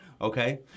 okay